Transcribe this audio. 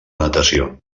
natació